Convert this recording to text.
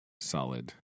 solid